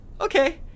okay